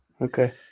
Okay